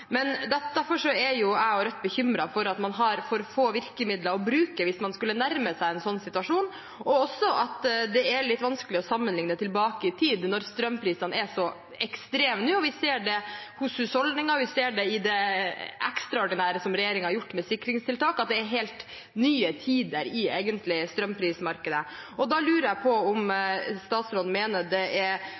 Derfor er jeg og Rødt bekymret for at man har for få virkemidler å bruke hvis man skulle nærme seg en sånn situasjon, og også at det er litt vanskelig å sammenligne tilbake i tid, når strømprisene er så ekstreme nå. Vi ser det hos husholdninger, vi ser det i det ekstraordinære som regjeringen har gjort med sikringstiltak, at det egentlig er helt nye tider i strømprismarkedet. Da lurer jeg på om statsråden mener det er